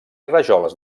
rajoles